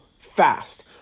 fast